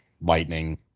Lightning